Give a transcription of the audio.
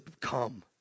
come